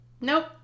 Nope